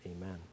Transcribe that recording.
Amen